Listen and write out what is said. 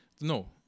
no